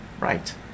Right